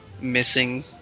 missing